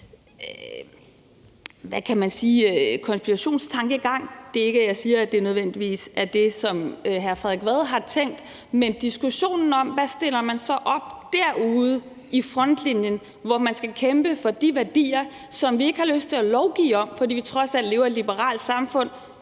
smule til en konspirationstankegang. Det er ikke sådan, at jeg siger, at det nødvendigvis er det, som hr. Frederik Vad har tænkt, men jeg synes, det er en vigtig diskussion om: Hvad stiller man så op derude i frontlinjen, hvor man skal kæmpe for de værdier, som vi ikke har lyst til at lovgive om, fordi vi trods alt lever i et liberalt samfund,